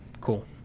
cool